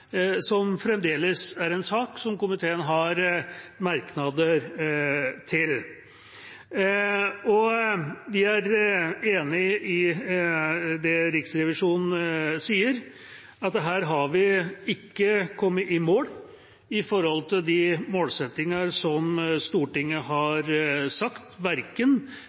en sak som komiteen har merknader til. Vi er enig i det Riksrevisjonen sier, at her har vi ikke kommet i mål med de målsettingene som Stortinget har sagt, verken